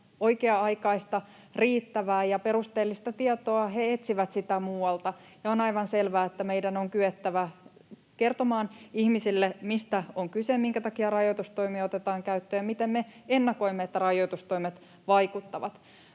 oikea-aikaista, riittävää ja perusteellista tietoa, he etsivät sitä muualta. Ja on aivan selvää, että meidän on kyettävä kertomaan ihmisille, mistä on kyse, minkä takia rajoitustoimia otetaan käyttöön ja miten me ennakoimme, että rajoitustoimet vaikuttavat.